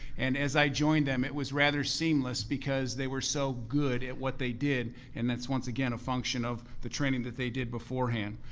and as i joined them, it was rather seamless because they were so good at what they did. and that's once again, a function of the training that they did beforehand.